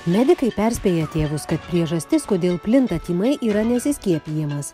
medikai perspėja tėvus kad priežastis kodėl plinta tymai yra nesiskiepijamas